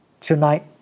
Tonight